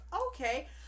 okay